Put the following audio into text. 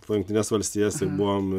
po jungtines valstijas ir buvom